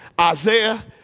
Isaiah